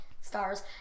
stars